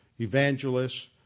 evangelists